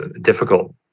difficult